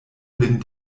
lin